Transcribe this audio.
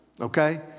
Okay